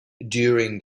during